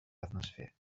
atmosphere